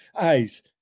eyes